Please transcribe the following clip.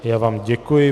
Já vám děkuji.